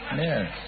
Yes